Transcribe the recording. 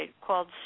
called